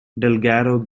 delgado